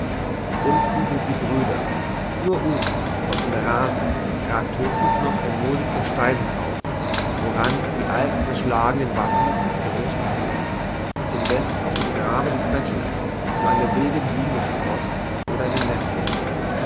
unten sind sie brüder nur oben aus dem rasen ragt höchstens noch ein moosigter stein herauf woran die alten zerschlagenen wappen des großen hängen indeß auf dem grabe des bettlers nur eine wilde blume sproßt oder eine nessel